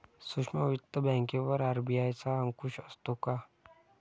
सूक्ष्म वित्त बँकेवर आर.बी.आय चा अंकुश असतो का?